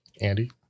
Andy